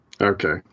Okay